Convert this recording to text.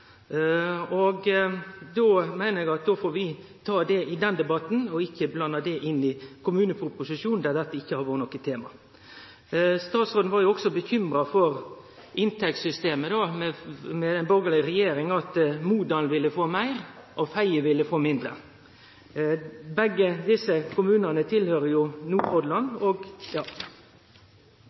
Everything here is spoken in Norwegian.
Då meiner eg vi får ta dette i den debatten, ikkje blande det inn i debatten om kommuneproposisjonen, der det ikkje har vore noko tema. Statsråden var også bekymra for at med inntektssystemet til ei borgarleg regjering ville Modalen få meir og Fedje mindre. Begge desse kommunane høyrer til i Nordhordland og